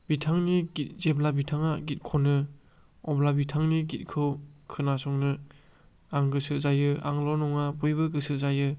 बिथांनि जेब्ला बिथाङा गित खनो अब्ला बिथांनि गितखौ खोनासंनो आं गोसो जायो आंल' नङा बयबो गोसो जायो